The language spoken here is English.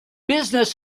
business